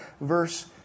verse